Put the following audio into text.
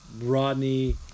Rodney